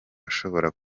ashobora